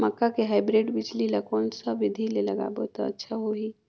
मक्का के हाईब्रिड बिजली ल कोन सा बिधी ले लगाबो त अच्छा होहि?